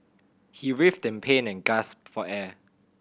he writhed in pain and gasped for air